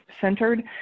centered